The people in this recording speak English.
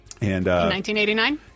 1989